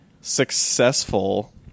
successful